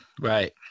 Right